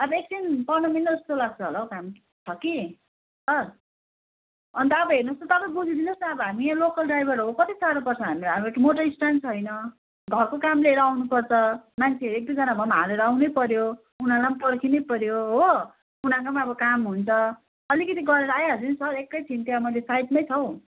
अब एकछिन पन्ध्र मिनट जस्तो लाग्छ होला हौ काम छ कि सर अन्त अब हेर्नुहोस् त तपाईँ बुझिदिनुहोस् न अब हामी यहाँ लोकल ड्राइभर हो कति साह्रो पर्छ हामी हाम्रो मोटर स्ट्यान्ड छैन घरको काम लिएर आउनुपर्छ मान्छेहरू एक दुईजना भए पनि हालेर आउनै पर्यो उनीहरूलाई पनि पर्खिनै पर्यो हो उनीहरूलाई पनि अब काम हुन्छ अलिकति गरेर आइहाल्छु नि सर एकैछिन त्यहाँ मैले साइडमै छ हौ